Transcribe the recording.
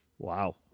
Wow